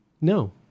No